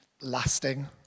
lasting